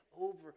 over